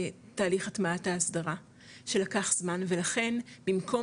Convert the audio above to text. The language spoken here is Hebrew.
תהליך הטמעת ההסדרה שלקח זמן ולכן במקום